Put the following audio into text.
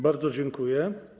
Bardzo dziękuję.